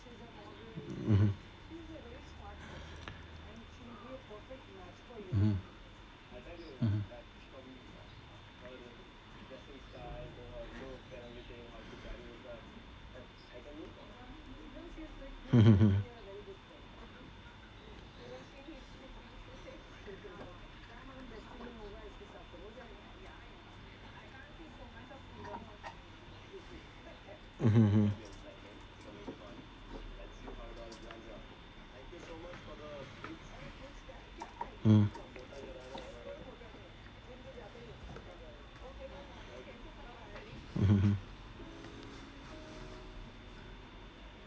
mmhmm mmhmm mmhmm mmhmm hmm mmhmm